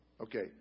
Okay